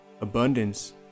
abundance